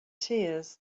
tears